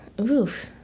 Oof